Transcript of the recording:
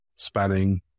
spanning